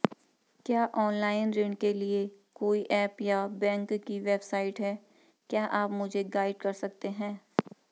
क्या ऑनलाइन ऋण के लिए कोई ऐप या बैंक की वेबसाइट है क्या आप मुझे गाइड कर सकते हैं?